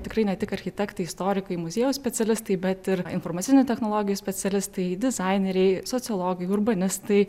tikrai ne tik architektai istorikai muziejaus specialistai bet ir informacinių technologijų specialistai dizaineriai sociologai urbanistai